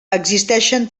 existeixen